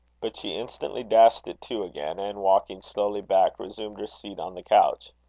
but she instantly dashed it to again, and walking slowly back, resumed her seat on the couch.